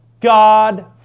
God